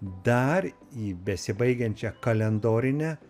dar į besibaigiančią kalendorinę